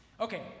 Okay